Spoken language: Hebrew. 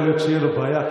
יכול להיות שתהיה לו בעיה,